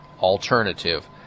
alternative